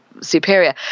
superior